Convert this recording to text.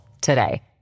today